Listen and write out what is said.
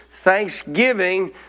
Thanksgiving